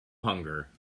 hunger